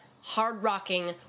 hard-rocking